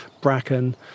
bracken